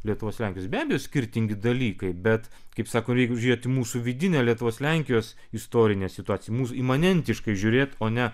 lietuvos lenkijos be abejo skirtingi dalykai bet kaip sako jeigu žiūrėt į mūsų vidinę lietuvos lenkijos istorinę situaciją mūsų imanentiškai žiūrėt o ne